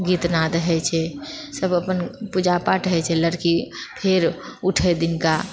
गीत नाद होइत छै सभ अपन पूजा पाठ होइत छै लड़की फेर उठए दिनका